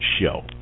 show